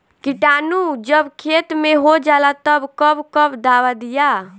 किटानु जब खेत मे होजाला तब कब कब दावा दिया?